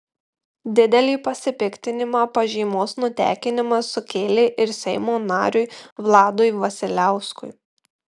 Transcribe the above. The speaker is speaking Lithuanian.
didelį pasipiktinimą pažymos nutekinimas sukėlė ir seimo nariui vladui vasiliauskui